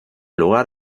lugar